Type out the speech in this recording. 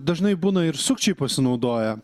dažnai būna ir sukčiai pasinaudoja